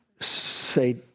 say